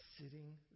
Sitting